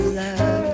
love